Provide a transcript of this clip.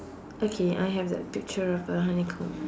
okay I have a picture of a honeycomb